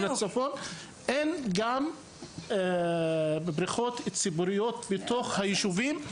לך שגם אין בריכות ציבוריות בתוך היישובים.